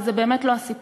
אבל זה באמת לא הסיפור.